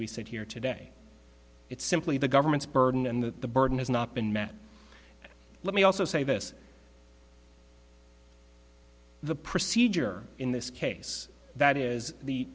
we said here today it's simply the government's burden and that the burden has not been met let me also say this the procedure in this case that is the